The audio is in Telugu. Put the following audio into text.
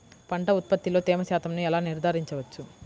పంటల ఉత్పత్తిలో తేమ శాతంను ఎలా నిర్ధారించవచ్చు?